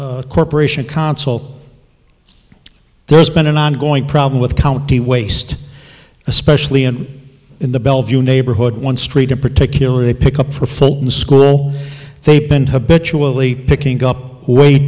corporation consul there's been an ongoing problem with county waste especially in the bellevue neighborhood one street in particular they pick up for film school they print habitually picking up way